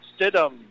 stidham